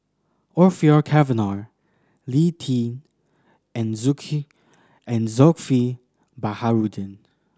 Orfeur Cavenagh Lee Tjin and and Zulkifli Baharudin